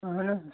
اہن حظ